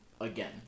again